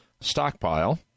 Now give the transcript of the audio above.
stockpile